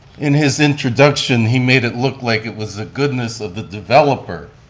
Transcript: in his introduction, he made it look like it was ah goodness of the developer.